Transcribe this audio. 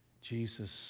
Jesus